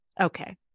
Okay